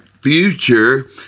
future